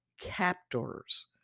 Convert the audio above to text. captors